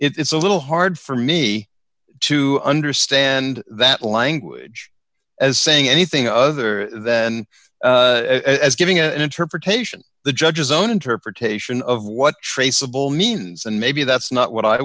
it's a little hard for me to understand that language as saying anything other than as giving an interpretation the judge's own interpretation of what traceable means and maybe that's not what i